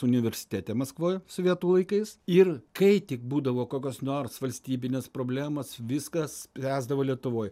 universitete maskvoje sovietų laikais ir kai tik būdavo kokios nors valstybinės problemos viską spręsdavo lietuvoj